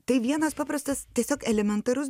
tai vienas paprastas tiesiog elementarus